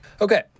Okay